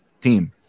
team